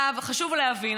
חשוב להבין,